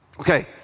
Okay